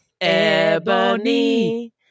Ebony